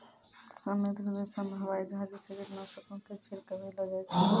समृद्ध देशो मे हवाई जहाजो से कीटनाशको के छिड़कबैलो जाय छै